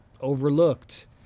overlooked